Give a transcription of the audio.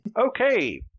Okay